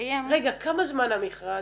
כמה זמן המכרז?